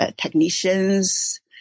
technicians